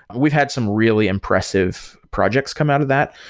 we've had some really impressive projects come out of that.